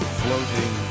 floating